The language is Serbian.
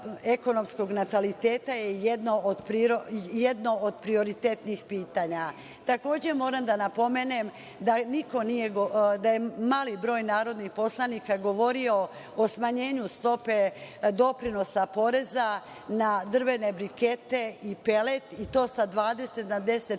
ekonomskog nataliteta je jedno od prioritetnih pitanja. Takođe, moram da napomenem da je mali broj narodnih poslanika govorio o smanjenju stope doprinosa poreza na drvene brikete i pelet i to sa 20% na 10%.